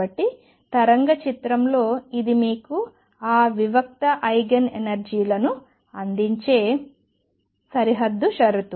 కాబట్టి తరంగ చిత్రంలో ఇది మీకు ఆ వివిక్త ఐగెన్ ఎనర్జీ లను అందించే సరిహద్దు షరతు